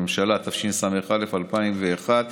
ממשלות ישראל בעשור האחרון האריכו את זה מפעם לפעם,